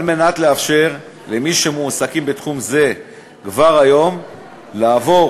על מנת לאפשר למי שעוסקים בתחום זה כבר היום לעבור